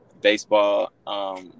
Baseball